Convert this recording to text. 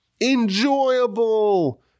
enjoyable